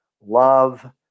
love